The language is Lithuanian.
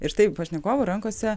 ir taip pašnekovų rankose